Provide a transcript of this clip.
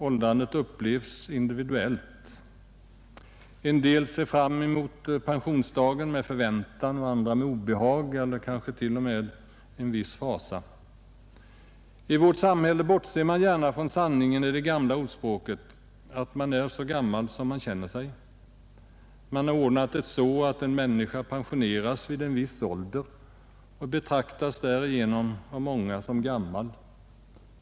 Åldrandet upplevs individuellt — en del ser fram emot pensionsdagen med förväntan och andra med obehag, eller kanske t.o.m. en viss fasa. I vårt samhälle bortser man gärna från sanningen i det gamla ordspråket att man är så gammal som man känner sig. Det är ordnat så att en människa pensioneras vid en viss ålder, och därigenom av många betraktas som gammal.